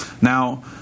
Now